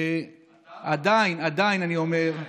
עדיין, אני אומר,